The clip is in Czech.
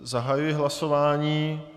Zahajuji hlasování.